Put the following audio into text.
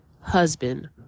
husband